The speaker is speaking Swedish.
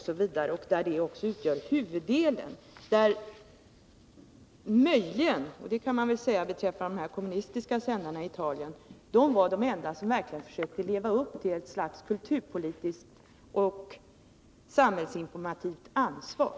Sådana program utgjorde huvuddelen i Italien, och man kan möjligen säga att de kommunistiska sändarna var de enda som verkligen försökte leva upp till ett slags kulturpolitiskt och samhällsinformativt ansvar.